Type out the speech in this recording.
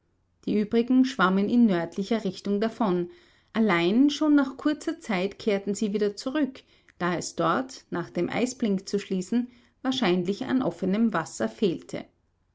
die übrigen schwammen in nördlicher richtung davon allein schon nach kurzer zeit kehrten sie wieder zurück da es dort nach dem eisblink zu schließen wahrscheinlich an offenem wasser fehlte